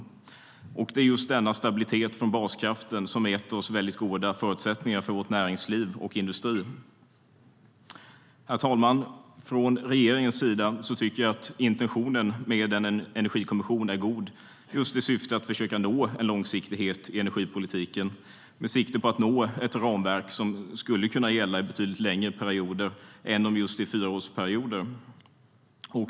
Det är just denna stabilitet från baskraften som gett goda förutsättningar för vårt näringsliv och vår industri. Herr talman! Regeringens intention med en energikommission för att försöka nå långsiktighet i energipolitiken är god. Man siktar på att nå ett ramverk som ska kunna gälla betydligt längre än en fyraårsperiod.